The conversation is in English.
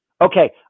Okay